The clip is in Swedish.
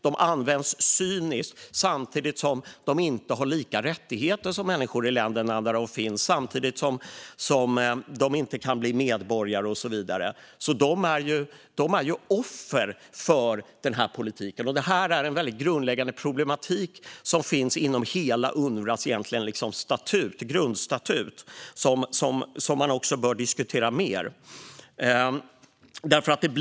De används cyniskt samtidigt som de inte har lika rättigheter som människor i de länder där de finns, inte kan bli medborgare och så vidare. De är offer för denna politik, vilket är ett grundläggande problem inom hela Unrwas grundstatut som man också bör diskutera mer.